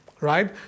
right